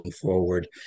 forward